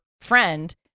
friend